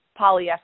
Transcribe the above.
polyester